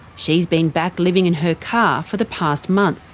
she's been back living in her car for the past month.